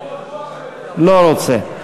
לא רוצה.